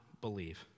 believe